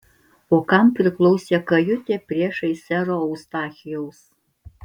o kam priklausė kajutė priešais sero eustachijaus